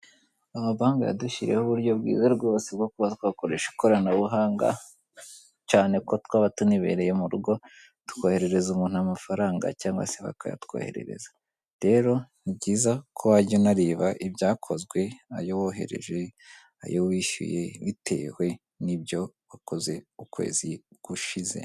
Amabanki yadushyiriyeho uburyo bwiza rwose bwo twakoresha ikoranabuhanga, cyane ko twaba tunibereye mu rugo, tukoherereza umuntu amafaranga cyangwa se bakayatwoherereza, rero ni byiza ko wajya unareba ibyakozwe, ayo wohereje, ayo wishyuye, bitewe n'ibyo wakoze ukwezi gushize.